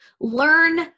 Learn